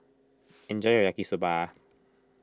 enjoy your Yaki Soba